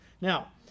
Now